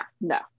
no